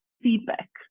feedback